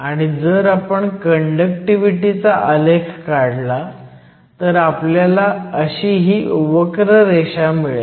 आणि जर आपण कंडक्टिव्हिटी चा आलेख काढला तर आपल्याला अशी ही वक्र रेष मिळेल